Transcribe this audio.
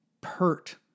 pert